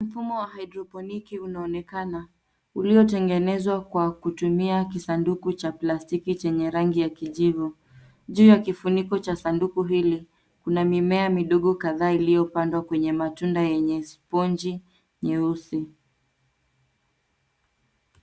Mfumo wa hydroponiki unaonekana. Uliotengenezwa kwa kutumia sanduku cha plastiki chenye rangi ya kijivu. Juu ya kifuniko cha sanduku hili, kuna mimea midogo kadhaa iliyopandwa kwenye matunda yenye sponji nyeusi.